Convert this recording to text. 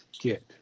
get